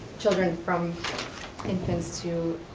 children from infants to